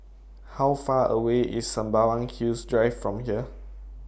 How Far away IS Sembawang Hills Drive from here